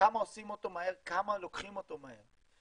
כמה עושים אותו מהר, כמה לוקחים אותו מהר.